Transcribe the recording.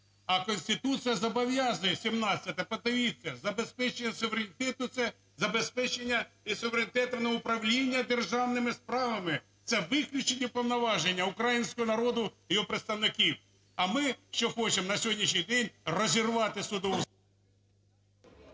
а Конституція зобов'язує 17-а, подивіться. Забезпечення суверенітету – це забезпечення і суверенітету на управління державними справами, це виключні повноваження українського народу і його представників. А ми що, хочемо на сьогоднішній день розірвати судову…